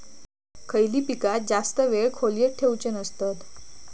खयली पीका जास्त वेळ खोल्येत ठेवूचे नसतत?